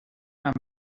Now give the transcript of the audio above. amb